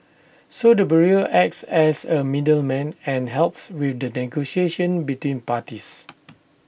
so the bureau acts as A middleman and helps with the negotiation between parties